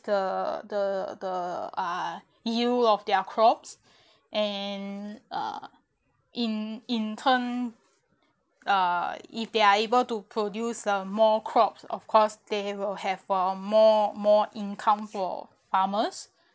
the the the uh use of their crops and uh in in term uh if they're able to produce more crops of course they will have more more income for farmers